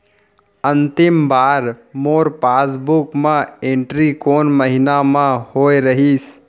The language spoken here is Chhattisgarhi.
अंतिम बार मोर पासबुक मा एंट्री कोन महीना म होय रहिस?